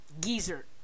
geezer